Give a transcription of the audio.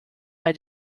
bei